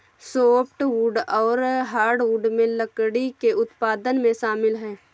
softwood और hardwood भी लकड़ी के उत्पादन में शामिल है